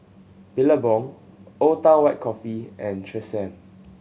Billabong Old Town White Coffee and Tresemme